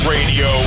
Radio